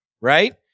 right